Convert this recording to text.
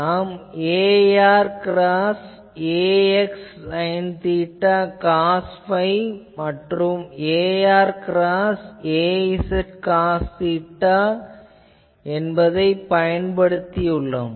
நாம் ar cross ax is sine theta cos phi மற்றும் ar cross az என்பது cos theta என்பதைப் பயன்படுத்தி உள்ளோம்